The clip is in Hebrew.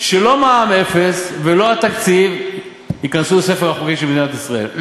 שלא מע"מ אפס ולא התקציב ייכנסו לספר החוקים של מדינת ישראל.